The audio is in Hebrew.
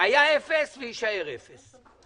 היה אפס ויישאר אפס.